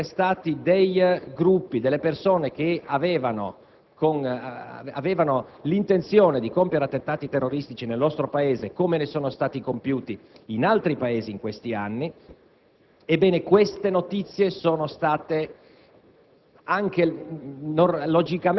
anni sono stati arrestati gruppi e persone che avevano l'intenzione di compiere attentati terroristici nel nostro Paese - come ne sono stati compiuti in altri Paesi in questi anni -, ebbene, queste notizie logicamente